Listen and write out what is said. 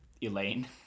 Elaine